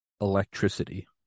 electricity